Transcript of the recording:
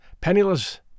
Penniless